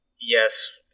yes